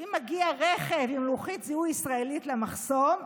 כי אם מגיע רכב עם לוחית זיהוי ישראלית למחסום,